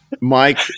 mike